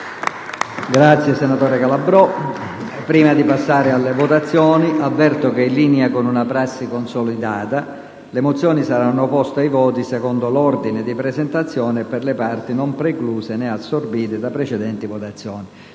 finestra"). Prima di passare alla votazione, avverto che, in linea con una prassi consolidata, le mozioni saranno poste ai voti secondo l'ordine di presentazione e per le parti non precluse né assorbite da precedenti votazioni.